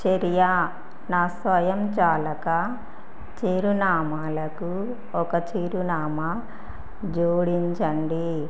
చర్య నా స్వయంచాలక చిరునామాలకు ఒక చిరునామా జోడించండి